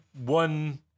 one